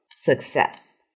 success